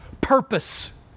purpose